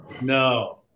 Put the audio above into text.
no